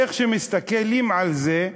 איך שמסתכלים על זה,